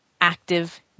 active